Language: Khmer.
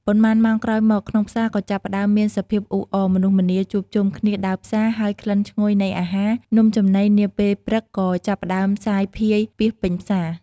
ប៉ុន្មានម៉ោងក្រោយមក ក្នុងផ្សារក៏ចាប់ផ្តើមមានសភាពអ៊ូអរ មនុស្សម្នាជួបជុំគ្នាដើរផ្សារ ហើយក្លិនឈ្ងុយនៃអាហារ នំចំណីនាពេលព្រឹកក៏ចាប់ផ្តើមសាយភាយពាសពេញផ្សារ។